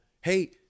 hey